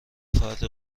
فردی